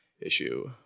issue